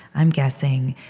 i'm guessing,